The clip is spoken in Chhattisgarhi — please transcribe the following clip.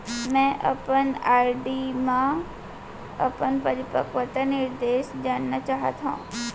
मै अपन आर.डी मा अपन परिपक्वता निर्देश जानना चाहात हव